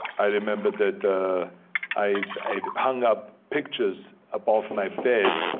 i remember that i hung up pictures above my bed